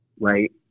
right